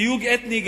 תיוג אתני,